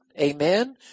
Amen